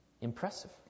Impressive